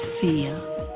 fear